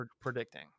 predicting